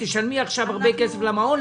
תשלמי עכשיו הרבה כסף למעון,